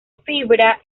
fibra